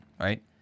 right